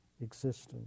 existence